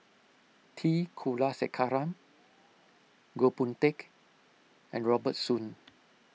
T Kulasekaram Goh Boon Teck and Robert Soon